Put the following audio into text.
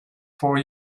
for